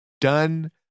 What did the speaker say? done